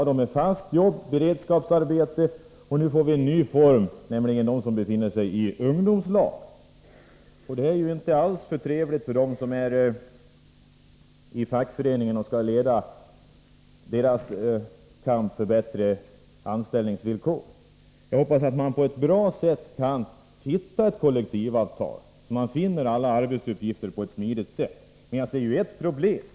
De har fast jobb eller beredskapsarbete, och nu får vi en ny form, nämligen de som fått plats i ungdomslag. Det är inte alls trevligt för de fackföreningsrepresentanter som skall leda kampen för bättre anställningsvillkor. Jag hoppas att man på ett bra sätt kan skapa ett kollektivavtal där alla arbetsuppgifter ingår på ett smidigt sätt. Men jag ser ett problem.